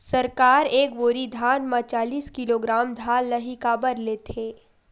सरकार एक बोरी धान म चालीस किलोग्राम धान ल ही काबर लेथे?